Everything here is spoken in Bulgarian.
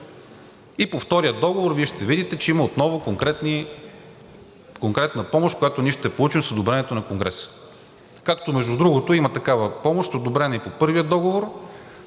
И по втория договор Вие ще видите, че има отново конкретна помощ, която ние ще получим с одобрението на Конгреса, както, между другото, има такава помощ, одобрена и по първия договор,